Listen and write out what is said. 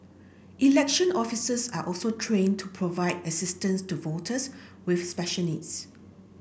election officers are also trained to provide assistance to voters with special needs